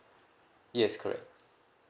yes correct